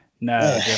No